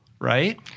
right